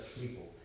people